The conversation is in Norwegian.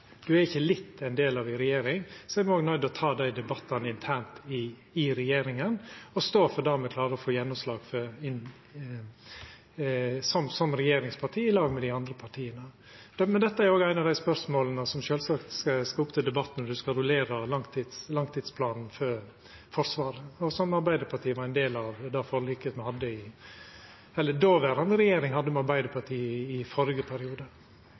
å ta dei debattane internt i regjeringa og stå for det me klarer å få gjennomslag for som regjeringsparti i lag med dei andre partia. Men dette er òg eit av dei spørsmåla som sjølvsagt skal opp til debatt når me skal rullera langtidsplanen for Forsvaret. Arbeidarpartiet var ein del av forliket dåverande regjeringsparti inngjekk i førre periode. Da Venstre støttet Solberg-regjeringa i